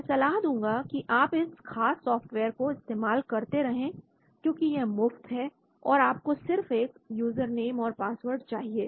मैं सलाह दूंगा कि आप इस खास सॉफ्टवेयर को इस्तेमाल करते रहे क्योंकि यह मुफ्त है और आपको सिर्फ एक यूजर नेम और पासवर्ड चाहिए